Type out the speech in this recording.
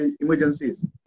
emergencies